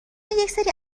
یکسری